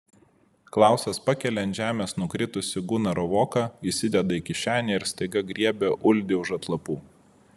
klausas pakelia ant žemės nukritusį gunaro voką įsideda į kišenę ir staiga griebia uldį už atlapų